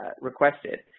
requested